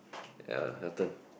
ya your turn